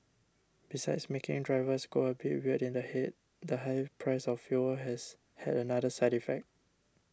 besides making drivers go a bit weird in the head the high price of fuel has had another side effect